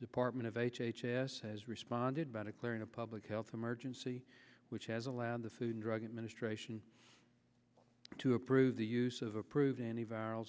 department of h h s has responded by declaring a public health emergency which has allowed the food and drug administration to approve the use of approved any viral